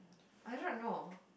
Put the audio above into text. I don't know